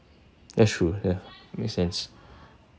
that's true yeah make sense